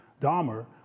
Dahmer